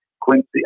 Quincy